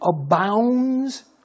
abounds